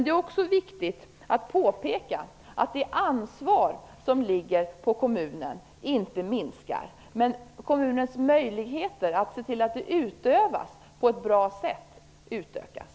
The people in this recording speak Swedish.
Det är också viktigt att påpeka att det ansvar som ligger på kommunen inte minskar, men kommunens möjligheter att se till att det utövas på ett bra sätt utökas.